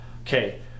okay